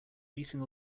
beating